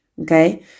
Okay